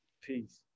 peace